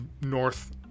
north